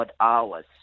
hours